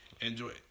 Enjoy